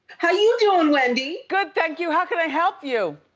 how you doing wendy? good, thank you. how can i help you?